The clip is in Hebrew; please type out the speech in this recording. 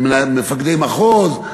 למפקדי מחוז,